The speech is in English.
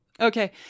okay